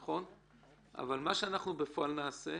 אבל מה שבפועל נעשה,